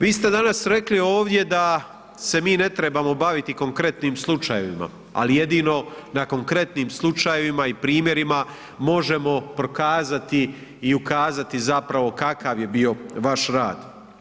Vi ste danas rekli ovdje da se mi ne trebamo baviti konkretnim slučajevima, ali jedino na konkretnim slučajevima i primjerima možemo prokazati i ukazati zapravo kakav je bio vaš rad.